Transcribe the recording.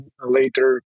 later